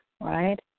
right